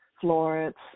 Florence